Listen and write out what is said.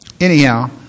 anyhow